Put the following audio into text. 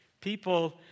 people